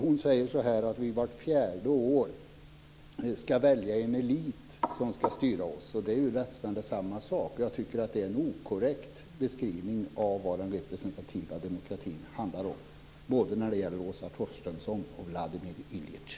Hon säger att vi vart fjärde år ska välja en elit som ska styra oss. Det är nästan samma sak. Det är en icke korrekt beskrivning av vad den representativa demokratin ska handla om, både när det gäller Åsa Torstensson och Vladimir Iljitj.